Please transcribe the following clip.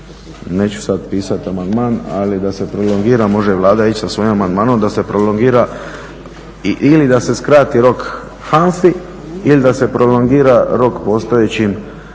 neću sada pisati amandman, ali da se prolongira, može Vlada ići sa svojim amandmanom da se prolongira ili da se skrati rok HANFA-i ili da se prolongira rok postojećim